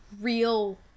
real